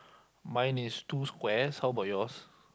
mine is two squares how about yours